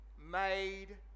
made